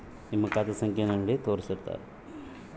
ದಯವಿಟ್ಟು ನನ್ನ ಖಾತೆಯಿಂದ ಹಿಂದಿನ ಐದು ವಹಿವಾಟುಗಳನ್ನು ನನಗೆ ತೋರಿಸಿ